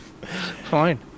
Fine